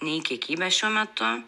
nei kiekybę šiuo metu